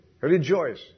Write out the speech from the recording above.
rejoice